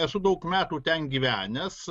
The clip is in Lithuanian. esu daug metų ten gyvenęs